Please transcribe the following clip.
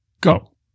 go